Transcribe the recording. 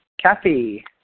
Kathy